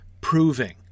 proving